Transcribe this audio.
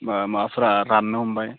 माबाफोरा राननो हमबाय